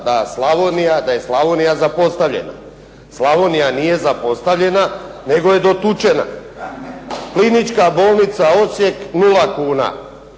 da je Slavonija zapostavljena. Slavonija nije zapostavljena nego je dotučena. Klinička bolnica Osijek 0 kuna,